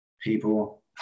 people